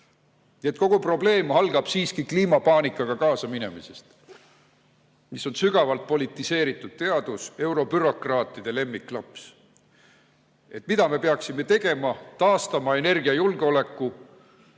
kogu probleem algab siiski kliimapaanikaga kaasaminemisest, mis on sügavalt politiseeritud teadus, eurobürokraatide lemmiklaps. Mida me peaksime tegema? Taastama energiajulgeoleku.